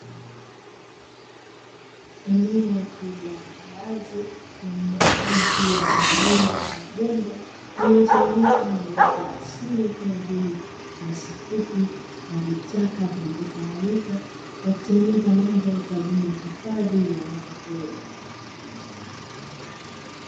Eneo la wazi lenye ardhi yenye milima na mabonde iliyozungukwa na uoto wa asili, kama vile nyasi fupi na vichaka vilivotawanyika na kutengeneza mandhari kwa ajili ya hifadhi ya wanyama pori.